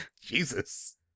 Jesus